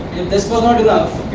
this was not enough,